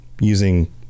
using